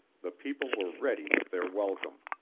the people were ready with their welcome.